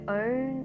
own